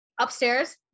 Upstairs